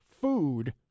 food